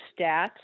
stats